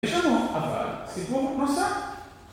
יש לנו, אבל, סיבוב נוסף